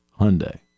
Hyundai